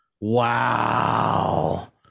Wow